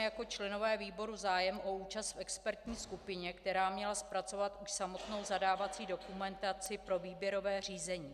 Jako členové výboru jsme měli zájem o účast v expertní skupině, která měla zpracovat samotnou zadávací dokumentaci pro výběrové řízení.